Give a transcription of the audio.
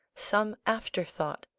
some afterthought,